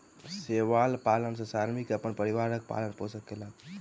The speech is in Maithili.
शैवाल पालन सॅ श्रमिक अपन परिवारक पालन पोषण कयलक